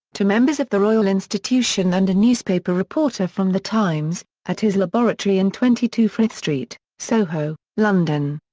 to members of the royal institution and a newspaper reporter from the times, at his laboratory in twenty two frith street, soho, london.